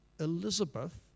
Elizabeth